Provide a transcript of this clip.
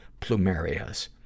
plumerias